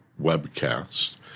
webcast